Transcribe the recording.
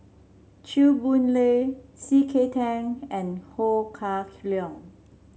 Chew Boon Lay C K Tang and Ho Kah Leong